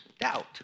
doubt